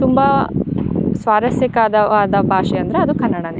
ತುಂಬ ಸ್ವಾರಸ್ಯಕರದವಾದ ಭಾಷೆ ಅಂದರೆ ಅದು ಕನ್ನಡ